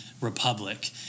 republic